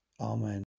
Amen